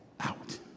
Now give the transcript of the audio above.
out